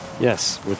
Yes